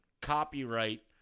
copyright